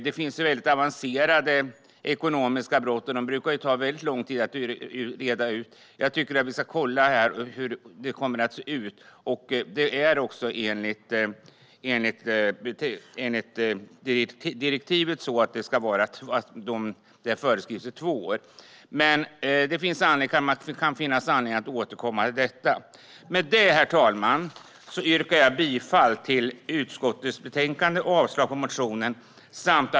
Det finns mycket avancerade ekonomiska brott, och de brukar ta väldigt lång tid att utreda. Jag tycker att vi ska kolla här hur detta kommer att falla ut. Direktivet föreskriver också att preskriptionstiden ska vara två år. Men det kan finnas anledning att återkomma till detta. Med detta, herr talman, yrkar jag bifall till utskottets förslag och avstyrker motionen.